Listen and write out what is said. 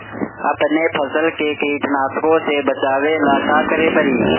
अपने फसल के कीटनाशको से बचावेला का करे परी?